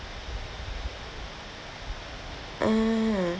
ah